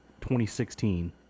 2016